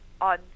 on